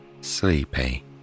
sleepy